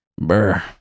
Brr